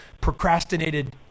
procrastinated